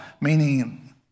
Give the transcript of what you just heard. meaning